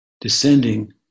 descending